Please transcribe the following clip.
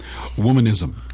womanism